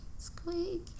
squeak